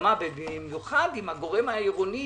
בהסכמה ובמיוחד עם הגורם העירוני